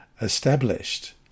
established